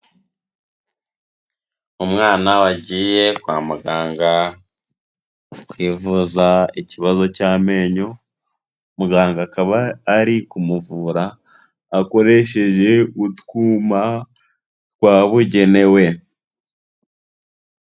Umwana wagiye kwa muganga kwivuza ikibazo cy'amenyo, muganga akaba ari kumuvura akoresheje utwuma twabugenewe.